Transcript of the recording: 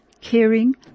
caring